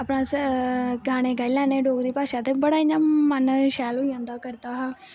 अपने गाने गाई लैने डोगरी भाशा दे ते बड़ा इ'यां मन शैल होई जंदा हा करदा हा